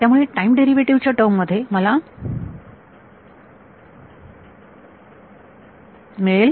त्यामुळे time derivative च्या टर्ममध्ये मला मिळेल